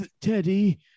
Teddy